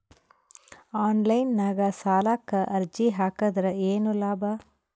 Online ನಾಗ್ ಸಾಲಕ್ ಅರ್ಜಿ ಹಾಕದ್ರ ಏನು ಲಾಭ?